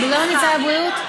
זה לא נמצא בבריאות?